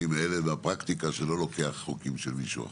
אני מאלה שבפרקטיקה לא לוקח חוקים של מישהו אחר.